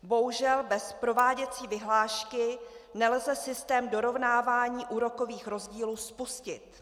Bohužel bez prováděcí vyhlášky nelze systém dorovnávání úrokových rozdílů spustit.